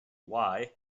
wai